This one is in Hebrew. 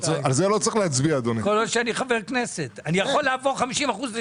מיליון עברו לקרן